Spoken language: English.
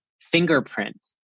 fingerprint